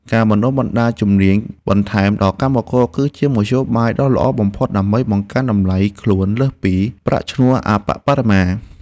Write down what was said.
ការបណ្តុះបណ្តាលជំនាញបន្ថែមដល់កម្មករ គឺជាមធ្យោបាយដ៏ល្អបំផុតដើម្បីបង្កើនតម្លៃខ្លួនលើសពីប្រាក់ឈ្នួលអប្បបរមា។